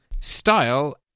style